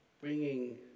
bringing